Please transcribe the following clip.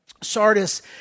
Sardis